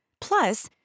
Plus